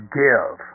give